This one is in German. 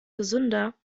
gesünder